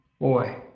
Boy